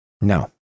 no